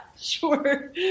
sure